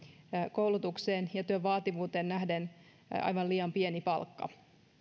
koulutukseen ja työn vaativuuteen nähden aivan liian pieni palkka